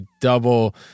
double